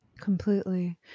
Completely